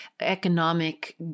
economic